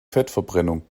fettverbrennung